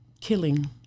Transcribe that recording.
killing